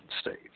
states